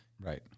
Right